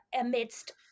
amidst